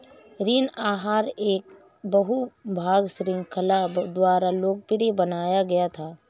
ऋण आहार एक बहु भाग श्रृंखला द्वारा लोकप्रिय बनाया गया था